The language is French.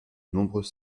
nombreux